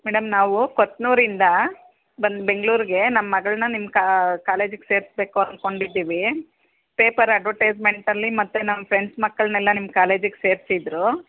madam ನಾವು ಕೊತ್ನೂರಿಂದ ಬಂದು ಬೆಂಗಳೂರಿಗೆ ನಮ್ಮ ಮಗಳನ್ನ ನಿಮ್ಮ ಕಾಲೇಜಿಗೆ ಸೇರಿಸ್ಬೇಕು ಅಂದ್ಕೊಂಡಿದ್ದೀವಿ ಪೇಪರ್ ಅಡ್ವರ್ಟೈಸ್ಮೆಂಟಲ್ಲಿ ಮತ್ತು ನಮ್ಮ ಫ್ರೆಂಡ್ಸ್ ಮಕ್ಕಳನೆಲ್ಲ ನಿಮ್ಮ ಕಾಲೇಜಿಗೆ ಸೇರಿಸಿದ್ರು